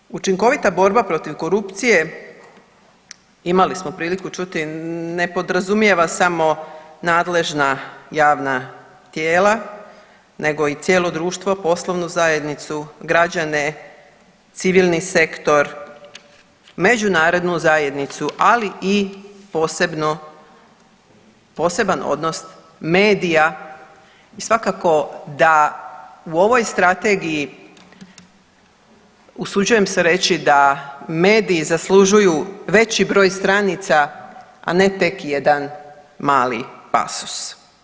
Dakle, učinkovita borba protiv korupcije, imali smo priliku čuti, ne podrazumijeva samo nadležna javna tijela nego i cijelo društvo, poslovnu zajednicu, građane, civilni sektor, međunarodnu zajednicu, ali i posebno, poseban odnos medija i svakako da u ovoj strategiji, usuđujem se reći da mediji zaslužuju veći broj stranica, a ne tek jedan mali pasus.